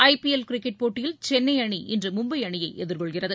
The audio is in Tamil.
ஐ பி எல் கிரிக்கெட் போட்டியில் சென்னை அணி இன்று மும்பை அணியை எதிர்கொள்கிறது